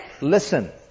Listen